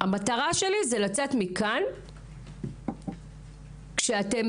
המטרה שלי היא לצאת מכאן כשאתם